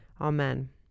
Amen